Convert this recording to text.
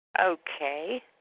Okay